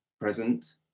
present